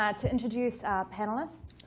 ah to introduce our panelists,